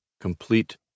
complete